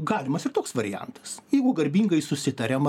galimas ir toks variantas jeigu garbingai susitariam